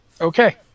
Okay